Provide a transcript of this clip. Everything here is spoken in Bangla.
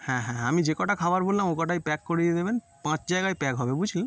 হ্যাঁ হ্যাঁ হ্যাঁ আমি যে কটা খাবার বললাম ও কটাই প্যাক করিয়ে দেবেন পাঁচ জায়গায় প্যাক হবে বুঝলেন